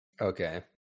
Okay